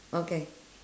okay